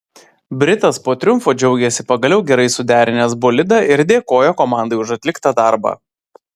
britas po triumfo džiaugėsi pagaliau gerai suderinęs bolidą ir dėkojo komandai už atliktą darbą